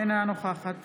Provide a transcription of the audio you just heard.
אינה נוכחת